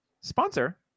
sponsor